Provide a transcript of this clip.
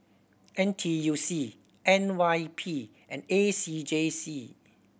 N T U C N Y P and A C J C